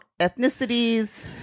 ethnicities